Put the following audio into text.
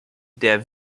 der